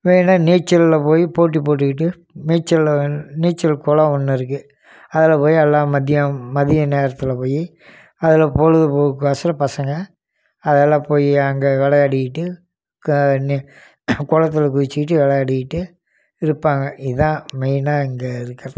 வேணுனால் நீச்சலில் போய் போட்டி போட்டுக்கிட்டு நீச்சலில் நீச்சல் குளம் ஒன்று இருக்குது அதில் போய் எல்லாம் மதியம் மதிய நேரத்தில் போய் அதில் பொழுதுபோக்குகிறக்கோசரம் பசங்கள் அதில் போய் அங்கே விளையாடிக்கிட்டு க இனி குளத்தில் குதிச்சுக்கிட்டு விளையாடிக்கிட்டு இருப்பாங்க இதுதான் மெயினாக இங்கே இருக்கிறது